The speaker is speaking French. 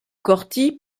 corty